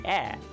air